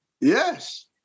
Yes